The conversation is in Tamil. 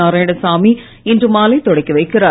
நாராயணசாமி இன்று மாலை தொடங்கி வைக்கிறார்